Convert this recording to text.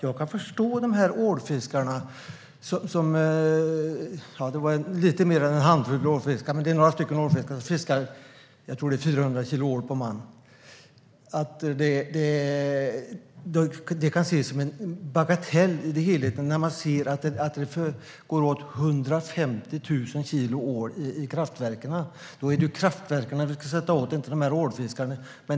Jag kan förstå ålfiskarna. Det är några ålfiskare som jag tror fiskar 400 kilo ål per person. Det kan ses som en bagatell i helheten när man ser att det går åt 150 000 kilo ål i kraftverken. Då är det kraftverken vi ska sätta åt, inte ålfiskarna.